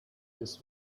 this